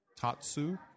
Tatsu